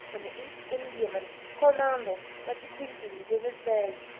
when the east indiaman coromandel went to pieces in dizzard bay